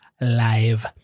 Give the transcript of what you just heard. live